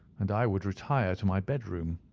and i would retire to my bed-room.